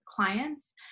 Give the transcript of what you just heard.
clients